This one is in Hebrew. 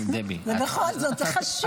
בכל זאת, זה חשוב.